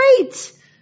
Great